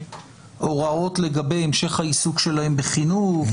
הוראות לגבי המשך העיסוק שלהם בחינוך?